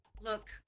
Look